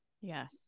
Yes